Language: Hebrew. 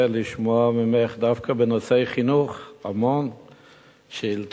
לשמוע ממך דווקא בנושאי חינוך המון שאילתות,